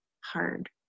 hard